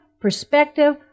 perspective